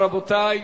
רבותי,